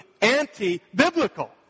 anti-biblical